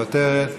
מוותרת,